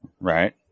Right